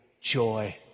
joy